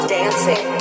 dancing